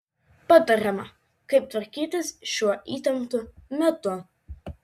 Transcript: patariama kaip tvarkytis šiuo įtemptu metu